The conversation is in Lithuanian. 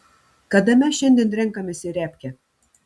kada mes šiandien renkamės į repkę